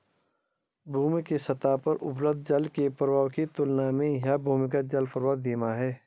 भूमि के सतह पर उपलब्ध जल के प्रवाह की तुलना में यह भूमिगत जलप्रवाह धीमा है